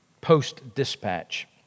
Post-Dispatch